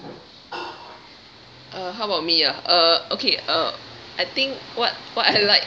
uh how about me ah uh okay uh I think what what I like